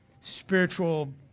spiritual